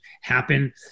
happen